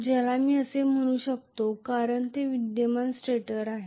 ज्याला मी असे म्हणू शकतो कारण ते विद्यमान स्टेटर आहे